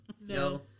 No